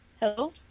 Hello